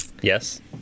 yes